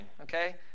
Okay